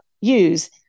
use